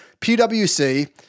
PWC